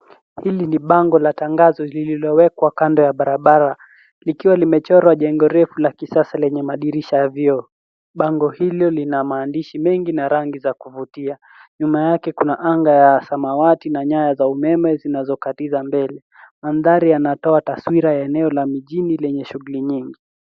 Hili ni bango la tangazo lililowekwa kando ya barabara likiwa limechorwa jengo refu la kisasa lenye madirisha ya vioo. Bango hilo lina maandishi mengi na rangi za kuvutia. Nyuma yake kuna anga ya samawati na nyaya za umeme zinazokatiza mbele. Mandhari yanatoa taswira ya eneo la mijini lenye shughuli nyingi.